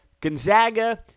Gonzaga